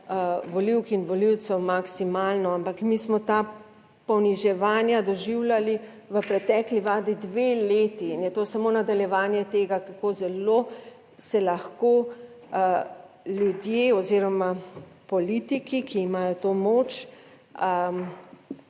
volivk in volivcev maksimalno, ampak mi smo ta poniževanja doživljali v pretekli vladi dve leti in je to samo nadaljevanje tega, kako zelo se lahko ljudje oziroma politiki, ki imajo to moč,